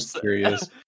serious